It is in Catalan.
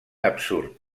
absurd